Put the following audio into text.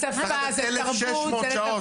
1,600 שעות.